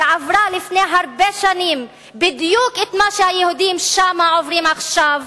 שעברה לפני הרבה שנים בדיוק את מה שהיהודים שם עוברים עכשיו,